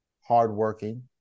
hardworking